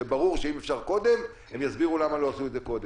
שיהיה ברור שאם אפשר קודם הם יסבירו למה לא עשו את זה קודם.